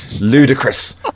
Ludicrous